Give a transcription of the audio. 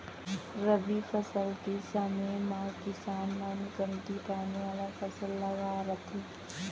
रबी फसल के समे म किसान मन कमती पानी वाला फसल लगाए रथें